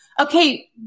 okay